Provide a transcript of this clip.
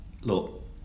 look